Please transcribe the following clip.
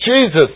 Jesus